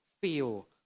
feel